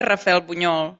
rafelbunyol